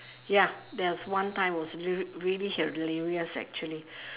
ya there's one time was re~ really hilarious actually